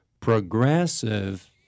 Progressive